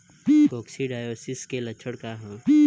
Coccidiosis के लक्षण का ह?